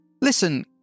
Listen